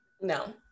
no